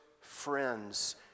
friends